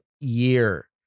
year